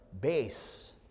base